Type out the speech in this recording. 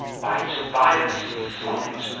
by tobias smollett